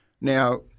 Now